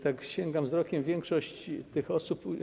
Tak sięgam wzrokiem i większość tych osób.